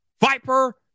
Viper